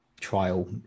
trial